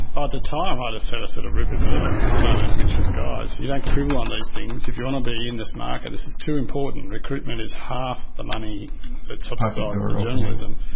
ah the time i had a sort of sort of rupert murdoch moment, which was, guys, you don't quibble on these things. if you want to be in this market, this is too important. recruitment is half the money that subsidises the journalism.